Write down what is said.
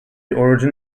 origin